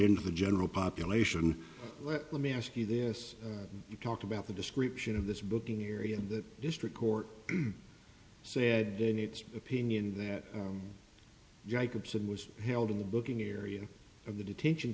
into the general population let me ask you this you talked about the description of this booking area that district court said that it's opinion that guy groups and was held in the booking area of the detention